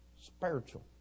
spiritual